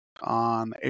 on